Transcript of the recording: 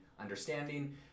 understanding